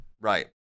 Right